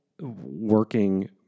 working